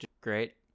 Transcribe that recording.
great